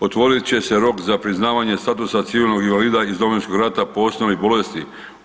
Otvorit će se rok za priznavanje statusa civilnog invalida iz Domovinskog rata po osnovi bolesti.